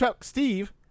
Steve